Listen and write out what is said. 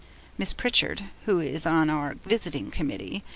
miss pritchard, who is on our visiting committee,